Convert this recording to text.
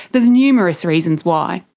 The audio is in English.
there are numerous reasons why.